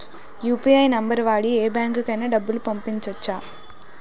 UPI number వాడి యే బ్యాంకుకి అయినా డబ్బులు పంపవచ్చ్చా?